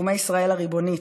בתחומי ישראל הריבונית,